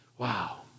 Wow